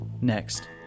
next